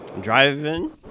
driving